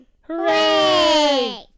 Hooray